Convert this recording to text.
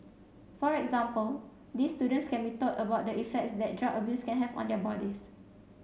for example these students can be taught about the effects that drug abuse can have on their bodies